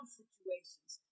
situations